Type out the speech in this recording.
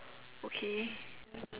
okay